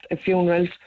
funerals